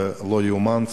זה לא יאומן.